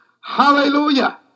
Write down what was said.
Hallelujah